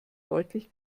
deutlich